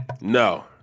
No